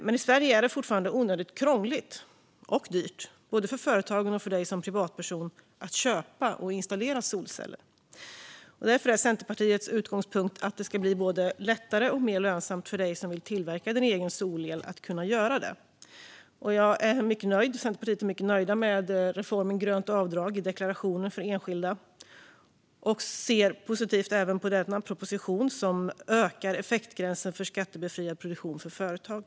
Men i Sverige är det fortfarande onödigt krångligt och dyrt både för företagen och för privatpersoner att köpa och installera solceller. Därför är Centerpartiets utgångspunkt att det ska bli både lättare och mer lönsamt att tillverka egen solel. Vi är mycket nöjda med reformen grönt avdrag i deklarationen för enskilda och ser positivt även på denna proposition, som innebär ökad effektgräns för skattebefriad produktion för företag.